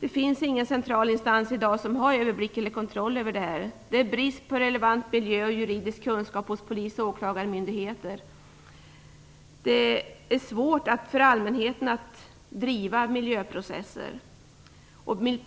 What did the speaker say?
I dag finns det ingen central instans som har överblick eller kontroll här. Det är brist på relevant miljökunskap och juridisk kunskap hos polis och åklagarmyndigheter. För allmänheten är det svårt att driva miljöprocesser.